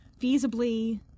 feasibly